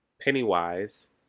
Pennywise